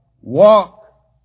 Walk